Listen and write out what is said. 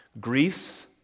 Griefs